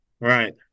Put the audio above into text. right